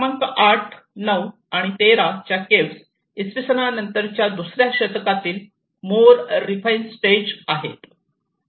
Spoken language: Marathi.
क्रमांक 8 9 आणि 13 च्या केव्ह इसवी सन नंतरच्या दुसऱ्या शतकातील मोर रीफाइन स्टेज आहे